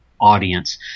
audience